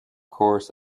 course